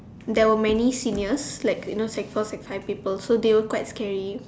there were many seniors like you know sec four sec five people so they were quite scary